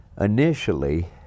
initially